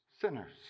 Sinners